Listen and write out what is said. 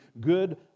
good